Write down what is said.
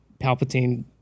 Palpatine